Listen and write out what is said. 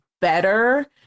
better